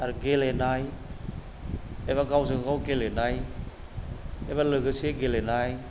आरो गेलेनाय जेनोबा गावजों गाव गेलेनाय एबा लोगोसे गेलेनाय